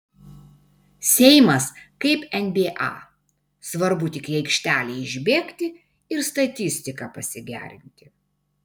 seimas kaip nba svarbu tik į aikštelę išbėgti ir statistiką pasigerinti